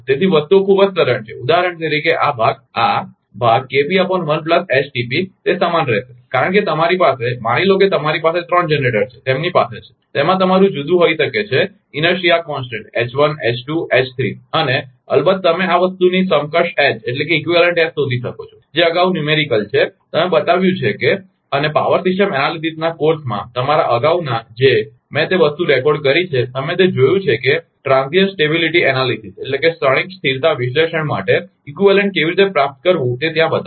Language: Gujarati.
તેથી વસ્તુઓ ખૂબ જ સરળ છે ઉદાહરણ તરીકે આ ભાગ આ ભાગ તે સમાન રહેશે કારણ કે તમારી પાસે માની લો કે તમારી પાસે ત્રણ જનરેટર્સ છે તેમની પાસે છે તેમાં તમારું જુદું હોઈ શકે છે જડતા અચળ H 1 H 2 H 3H1 H2 H3 અને અલબત્ત તમે આ વસ્તુની સમકક્ષ એચ શોધી શકો છો જે અગાઉ એક આંકડાકીય છે તમે બતાવ્યું છે અને પાવર સિસ્ટમ એનાલિસિસના કોર્સમાં તમારા અગાઉના જે મેં તે વસ્તુ રેકોર્ડ કરી છે તમે તે જોયું છે કે ક્ષણિક સ્થિરતા વિશ્લેષણ માટે સમકક્ષ કેવી રીતે પ્રાપ્ત કરવું તે ત્યાં બતાવવામાં આવ્યું છે